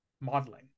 modeling